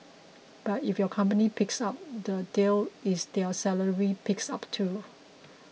but if your company picks up the deal is their salary picks up too